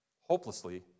hopelessly